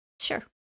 Sure